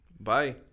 Bye